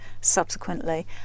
subsequently